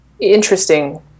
interesting